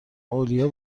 اولیاء